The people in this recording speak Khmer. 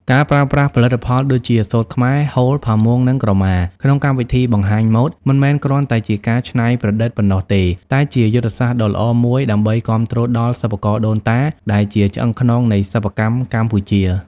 ការប្រើប្រាស់ផលិតផលដូចជា សូត្រខ្មែរ ហូល ផាមួង និងក្រមា ក្នុងកម្មវិធីបង្ហាញម៉ូដ មិនមែនគ្រាន់តែជាការច្នៃប្រឌិតប៉ុណ្ណោះទេ តែជាយុទ្ធសាស្ត្រដ៏ល្អមួយដើម្បីគាំទ្រដល់ សិប្បករដូនតា ដែលជាឆ្អឹងខ្នងនៃសិប្បកម្មកម្ពុជា។